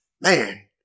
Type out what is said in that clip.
Man